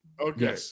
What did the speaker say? Okay